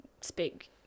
speak